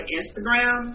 instagram